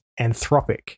Anthropic